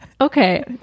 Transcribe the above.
Okay